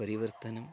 परिवर्तनम्